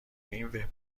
این